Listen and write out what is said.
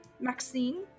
Maxine